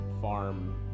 farm